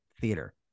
theater